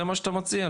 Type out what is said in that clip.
זה מה שאתה מציע?